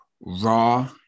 raw